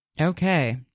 Okay